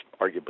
arguably